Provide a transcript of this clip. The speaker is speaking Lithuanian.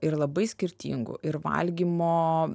ir labai skirtingų ir valgymo